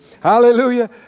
Hallelujah